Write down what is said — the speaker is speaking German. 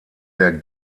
der